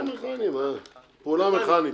במוצאי שבת